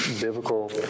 biblical